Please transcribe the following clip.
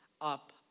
up